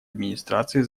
администрации